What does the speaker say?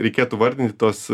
reikėtų vardinti tuos